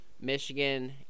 Michigan